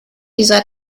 dieser